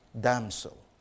damsel